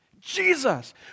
Jesus